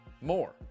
more